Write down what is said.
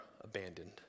abandoned